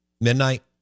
midnight